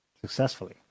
successfully